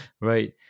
right